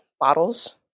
bottles